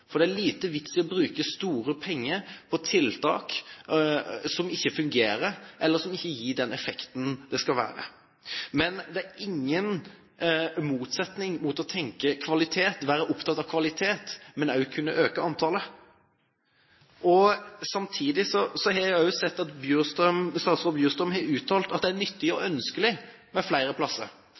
for. Det er liten vits i å bruke store penger på tiltak som ikke fungerer, eller som ikke gir den effekten det skal ha. Men det er ingen motsetning mellom å tenke kvalitet, være opptatt av kvalitet, og det å øke antallet. Samtidig har jeg også sett at statsråd Bjurstrøm har uttalt at det er nyttig og ønskelig med flere plasser.